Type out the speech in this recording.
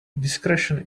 discretion